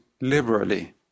liberally